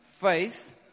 faith